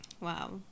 Wow